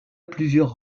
plusieurs